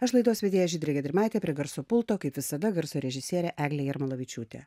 aš laidos vedėja žydrė gedrimaitė prie garso pulto kaip visada garso režisierė eglė jarmolavičiūtė